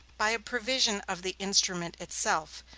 by a provision of the instrument itself,